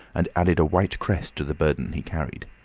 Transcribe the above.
and added a white crest to the burden he carried.